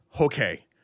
okay